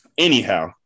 Anyhow